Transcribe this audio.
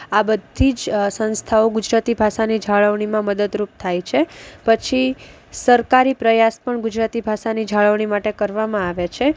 આ બધી જ સંસ્થાઓ ગુજરાતી ભાષાની જાળવણીમાં મદદરૂપ થાય છે પછી સરકારી પ્રયાસ પણ ગુજરાતી ભાષાની જાળવણી માટે કરવામાં આવે છે